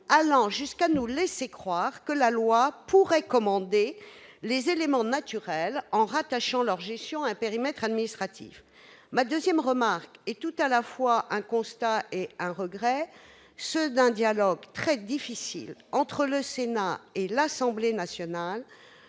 allait jusqu'à nous laisser croire que la loi pourrait commander aux éléments naturels en rattachant leur gestion à un périmètre administratif ! Ma deuxième remarque est tout à la fois un constat et un regret, ceux d'un dialogue très difficile entre le Sénat et l'Assemblée nationale